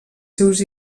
seus